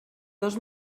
dos